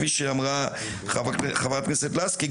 כפי שאמרה חברת הכנסת לסקי,